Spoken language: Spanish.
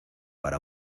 para